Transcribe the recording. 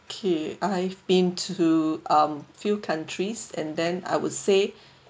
okay I've been to um few countries and then I would say